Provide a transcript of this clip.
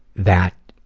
that